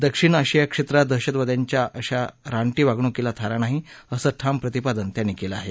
दक्षिण आशिया क्षेत्रात दहशतवाद्यांच्या अशा रानटी वागणूकीला थारा नाही असं ठाम प्रतिपादन त्यांनी केलं आहे